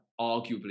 arguably